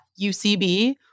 UCB